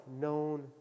known